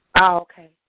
Okay